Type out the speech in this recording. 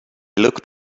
looked